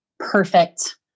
Perfect